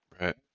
Right